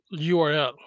URL